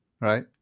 right